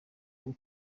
aho